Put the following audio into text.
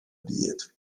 byd